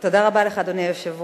תודה רבה לך, אדוני היושב-ראש.